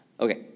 Okay